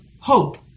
hope